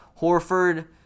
Horford